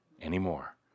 anymore